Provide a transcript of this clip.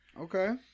Okay